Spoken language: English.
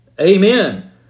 Amen